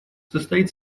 состоит